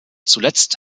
zuletzt